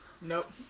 nope